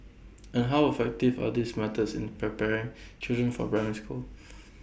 and how effective are these methods in preparing children for primary school